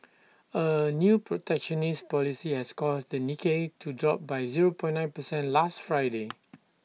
A new protectionist policy has caused the Nikkei to drop by zero per nine percent last Friday